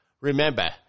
Remember